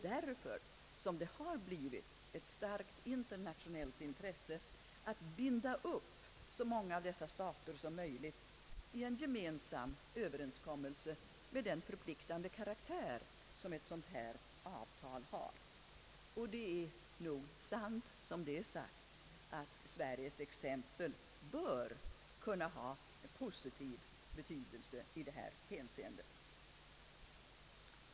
Därför har det blivit ett starkt internationellt intresse att binda upp så många av dessa stater som möjligt i en gemensam Överenskommelse av den förpliktande karaktär som ett sådant här avtal har. Det är nog sant som det är sagt att Sveriges exempel bör kunna ha positiv betydelse i detta hänseende.